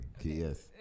yes